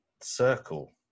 circle